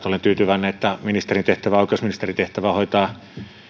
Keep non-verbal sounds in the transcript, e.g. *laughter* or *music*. *unintelligible* olen tyytyväinen että oikeusministerin tehtävää hoitaa